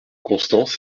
constance